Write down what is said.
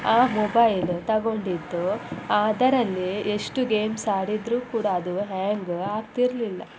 ಆ ಮೊಬೈಲ್ ತಗೊಂಡಿದ್ದು ಅದರಲ್ಲಿ ಎಷ್ಟು ಗೇಮ್ಸ್ ಆಡಿದರೂ ಕೂಡ ಅದು ಹ್ಯಾಂಗ ಆಗ್ತಿರ್ಲಿಲ್ಲ